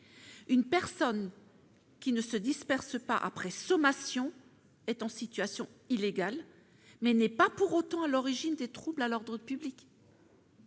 Une personne qui ne se disperse pas après sommations est en situation illégale, mais elle n'est pas pour autant à l'origine de troubles à l'ordre public.